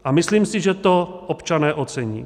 A myslím si, že to občané ocení.